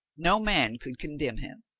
no man could condemn him.